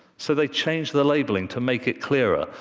so they changed the labeling to make it clearer.